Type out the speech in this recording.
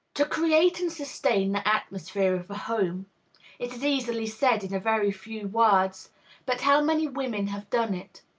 to create and sustain the atmosphere of a home it is easily said in a very few words but how many women have done it?